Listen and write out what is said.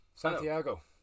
Santiago